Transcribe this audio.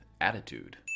attitude